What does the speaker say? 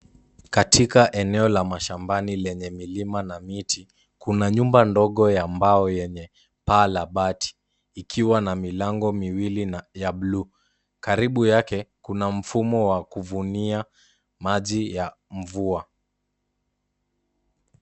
Katika eneo la mashambani lenye milima na miti, kuna nyumba ndogo ya mbao lenye paa la bati, likiwa na milango miwili ya blue . Karibu yake, kuna mfumo wa kuvunia maji ya mvua.